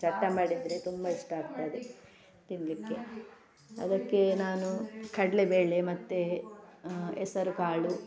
ಚಟ್ಟಂಬಡೆ ಇದ್ದರೆ ತುಂಬ ಇಷ್ಟ ಆಗ್ತದೆ ತಿನ್ನಲಿಕ್ಕೆ ಅದಕ್ಕೆ ನಾನು ಕಡಲೆಬೇಳೆ ಮತ್ತೆ ಹೆಸರು ಕಾಳು